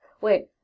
Wait